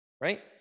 right